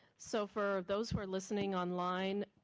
so for those who are listen online,